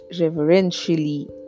reverentially